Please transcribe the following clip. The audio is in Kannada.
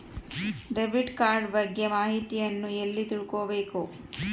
ಡೆಬಿಟ್ ಕಾರ್ಡ್ ಬಗ್ಗೆ ಮಾಹಿತಿಯನ್ನ ಎಲ್ಲಿ ತಿಳ್ಕೊಬೇಕು?